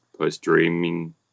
post-dreaming